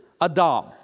Adam